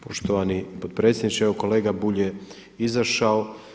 Poštovani potpredsjedniče, evo kolega Bulj je izašao.